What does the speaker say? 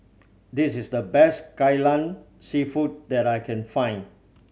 this is the best Kai Lan Seafood that I can find